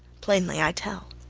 plainly i tell.